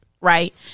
right